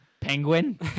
penguin